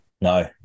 No